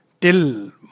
till